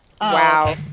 Wow